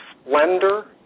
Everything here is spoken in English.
splendor